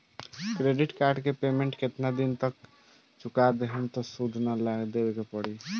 Credit card के payment केतना दिन तक चुका देहम त सूद ना देवे के पड़ी?